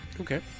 Okay